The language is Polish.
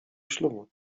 ślubu